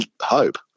hope